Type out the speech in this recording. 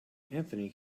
anthony